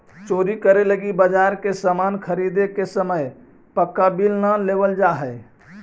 चोरी करे लगी बाजार से सामान ख़रीदे के समय पक्का बिल न लेवल जाऽ हई